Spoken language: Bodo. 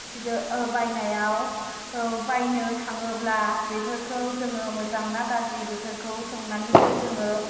बायनायाव बायनो थाङोब्ला बेफोरखौ जोङो मोजांना गाज्रि बेफोरखौ सोंनानैसो जोङो